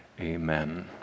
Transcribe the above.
Amen